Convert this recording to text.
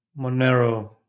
Monero